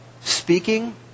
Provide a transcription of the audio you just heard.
speaking